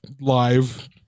live